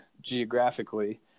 geographically